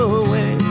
away